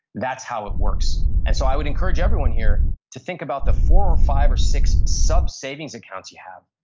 that's how it works. and so, i would encourage everyone here to think about the four or five or six sub savings accounts you have.